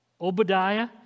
Obadiah